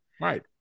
Right